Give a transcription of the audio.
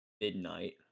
midnight